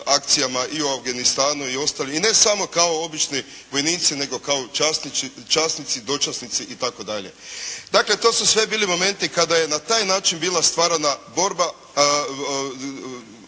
akcijama i u Afganistanu i ostali, i ne samo kao obični vojnici, nego kao časnici, dočasnici itd. Dakle, to su sve bili momenti kada je na taj način bila stvarana naša